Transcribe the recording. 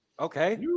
Okay